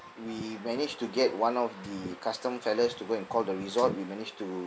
we managed to get one of the custom fellas to go and call the resort we managed to